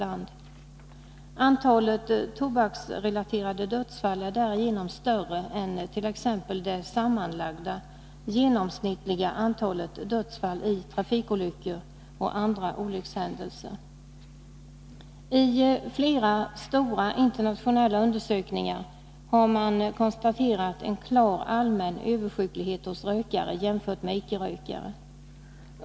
Antalet tobaksrelaterade dödsfall är därigenom större än t.ex. det sammanlagda genomsnittliga antalet dödsfall vid trafikolyckor och andra olyckshändelser: Vid flera stora internationella undersökningar har man konstaterat en klar allmän översjuklighet bland rökare jämfört med sjukligheten bland ickerökare.